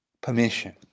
permission